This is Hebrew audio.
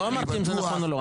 לא אמרתי אם זה נכון או לא,